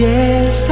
Yes